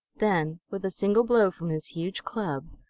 then, with a single blow from his huge club,